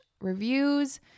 Reviews